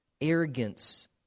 arrogance